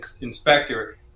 inspector